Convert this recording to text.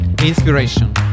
Inspiration